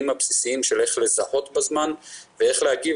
הבסיסיים של איך לזהות בזמן ואיך להגיב,